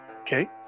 Okay